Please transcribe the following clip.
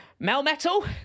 Melmetal